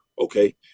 okay